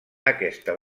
aquesta